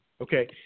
Okay